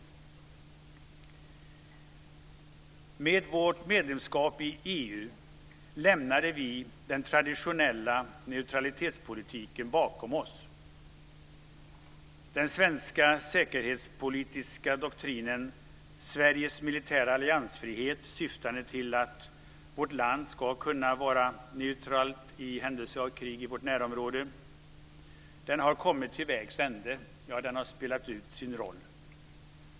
I och med vårt medlemskap i EU lämnade vi den traditionella neutralitetspolitiken bakom oss. Den svenska säkerhetspolitiska doktrinen: "Sveriges militära alliansfrihet, syftande till att vårt land skall kunna vara neutralt i händelse av krig i vårt närområde", har kommit till vägs ände, ja, den har spelat ut sin roll.